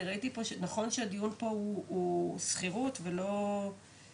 אני ראיתי שהדיון פה הוא על דירות בשכירות ולא רכישה,